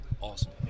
awesome